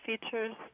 features